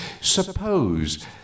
Suppose